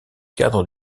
cadre